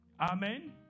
Amen